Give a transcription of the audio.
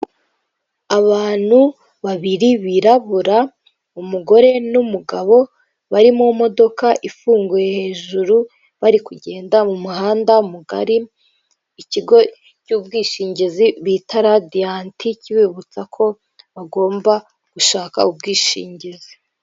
Abantu babiri birabura umugore n'umugabo bari mu modoka ifunguye hejuru bari kugenda mu muhanda mugari, ikigo cy'ubwishingizi bita radiyanti kibibutsa ko bagomba gushaka ubwishingizi.